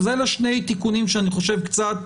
אלה שני תיקונים שאני חושב שקצת